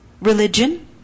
religion